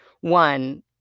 one